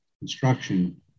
construction